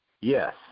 Yes